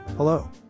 Hello